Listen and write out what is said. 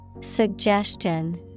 Suggestion